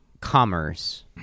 Commerce